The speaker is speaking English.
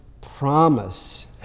promise